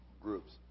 groups